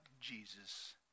Jesus